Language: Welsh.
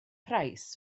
price